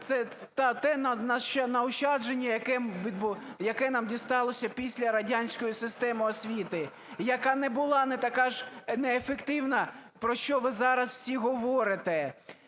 тенаощадження, яке нам дісталося після радянської системи освіти, яка не була не така ж неефективна, про що ви зараз всі говорите.